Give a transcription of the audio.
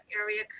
area